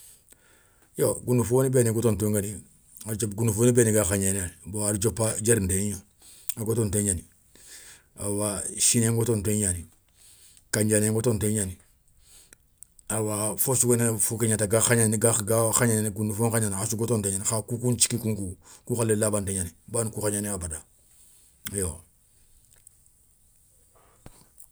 Yo goundou foni béni gotonto nguéni a da diopa goundou foni béni ga khagnéna, bon a da diopa diérinté gna, a gotonté gnani, awa siné ngotonté gnani, kandiané ngotonté gnani, awa fofo sou guéni fo ké gna ta ga khagnéné, goundoufo nkhagnana, a sou gotonté gnani kha, koukou nthiki nkounkou, kou khalé labanté gnani, bawoni kou khagnéna a bada yo.